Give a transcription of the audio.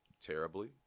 terribly